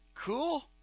cool